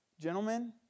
gentlemen